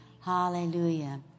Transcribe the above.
Hallelujah